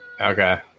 Okay